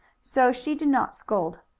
so she did not scold.